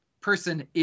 person